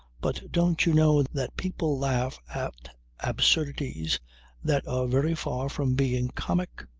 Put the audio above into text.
but don't you know that people laugh at absurdities that are very far from being comic?